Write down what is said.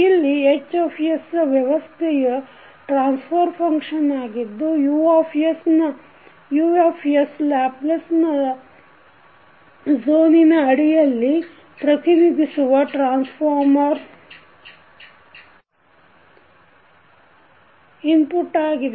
ಇಲ್ಲಿ H ವ್ಯವಸ್ಥೆಯ transfer function ಆಗಿದ್ದು U ಲ್ಯಾಪ್ಲೇಸ್ ಝೋನಿನ ಅಡಿಯಲ್ಲಿ ಪ್ರತಿನಿಧಿಸುವ ಟ್ರಾನ್ಸ್ ಫಾರ್ಮ್ ಇನ್ಪುಟ್ ಆಗಿದೆ